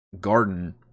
garden